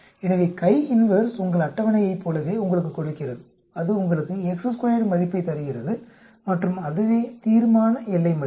எனவே CHI INVERSE உங்கள் அட்டவணையைப் போலவே உங்களுக்குக் கொடுக்கிறது அது உங்களுக்கு மதிப்பைத் தருகிறது மற்றும் அதுவே தீர்மான எல்லை மதிப்பு